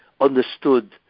understood